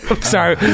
sorry